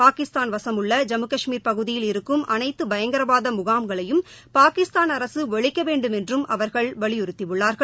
பாகிஸ்தான் வசமுள்ள ஜம்மு காஷ்மீர் பகுதியில் இருக்கும் அனைத்து பயங்கரவாத முகாம்களையும் பாகிஸ்தான் அரசு ஒழிக்க வேண்டும் என்றும் அவர்கள் வலியுறுத்தியுள்ளார்கள்